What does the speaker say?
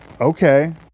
Okay